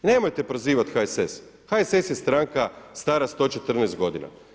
I nemojte prozivati HSS, HSS je stranka stara 114 godina.